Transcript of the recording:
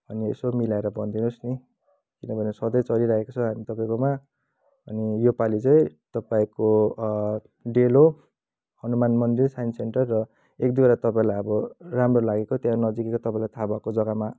अनि यसो मिलाएर भनिदिनुहोस् नि किनभने सधैँ चढिरहेको छ हामी तपाईँकोमा अनि यो पालि चाहिँ तपाईँको डेलो हनुमान मन्दिर साइन्स सेन्टर र एक दुईवटा तपाईँलाई अब राम्रो लागेको त्यहाँ नजिकै त तपाईँलाई थाहा भएको जग्गामा